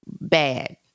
Bad